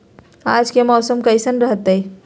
आज के मौसम कैसन रहताई?